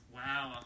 wow